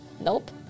nope